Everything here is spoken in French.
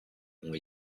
ont